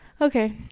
okay